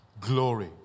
glory